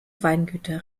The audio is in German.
weingüter